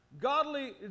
godly